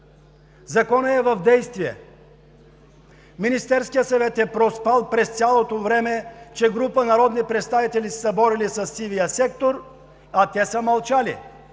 Законът е в действие! Министерският съвет е проспал през цялото време, че група народни представители са се борили със сивия сектор, а те са мълчали.